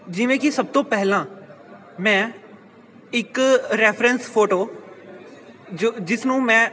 ਜਿਵੇਂ ਕਿ ਸਭ ਤੋਂ ਪਹਿਲਾਂ ਮੈਂ ਇੱਕ ਰੈਫਰੈਂਸ ਫੋਟੋ ਜੋ ਜਿਸ ਨੂੰ ਮੈਂ